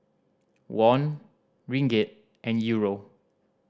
Won Ringgit and Euro